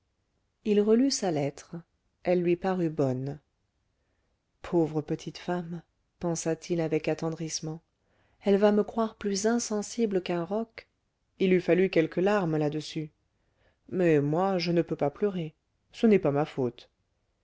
il relut sa lettre elle lui parut bonne pauvre petite femme pensa-t-il avec attendrissement elle va me croire plus insensible qu'un roc il eût fallu quelques larmes là-dessus mais moi je ne peux pas pleurer ce n'est pas ma faute